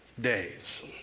days